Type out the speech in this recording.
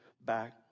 back